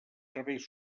serveis